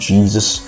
Jesus